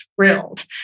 thrilled